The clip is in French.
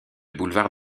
boulevard